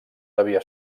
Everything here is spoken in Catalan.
devia